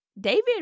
David